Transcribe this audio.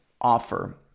Offer